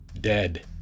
Dead